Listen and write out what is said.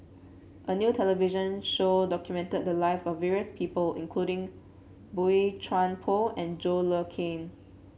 a new television show documented the lives of various people including Boey Chuan Poh and John Le Cain